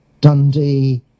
dundee